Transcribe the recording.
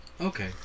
Okay